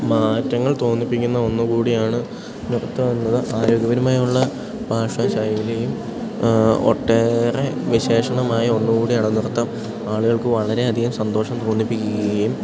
മാറ്റങ്ങൾ തോന്നിപ്പിക്കുന്ന ഒന്നു കൂടിയാണ് നൃത്തം എന്നത് ആരോഗ്യപരമായുള്ള ഭാഷ ശൈലിയും ഒട്ടേറെ വിശേഷണമായ ഒന്നു കൂടിയാണ് നൃത്തം ആളുകൾക്ക് വളരെയധികം സന്തോഷം തോന്നിപ്പിക്കുകയും